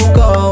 go